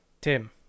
Tim